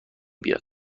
بیاد